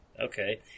okay